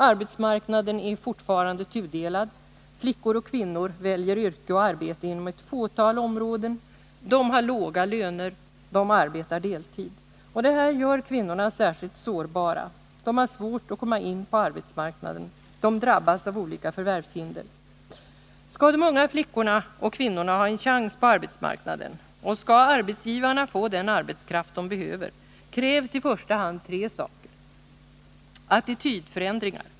Arbetsmarknaden är fortfarande tudelad; flickor och kvinnor väljer yrke och arbete inom ett fåtal områden, de har låga löner, de arbetar deltid. Detta gör kvinnorna särskilt sårbara. De har svårt att komma in på arbetsmarknaden, de drabbas av olika förvärvshinder. Skall de unga flickorna och kvinnorna ha en chans på arbetsmarknaden och skall arbetsgivarna få den arbetskraft de behöver, krävs i första hand tre saker: 1. Attitydförändringar.